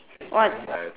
what